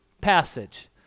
passage